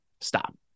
Stop